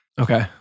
okay